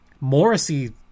Morrissey